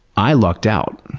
i lucked out.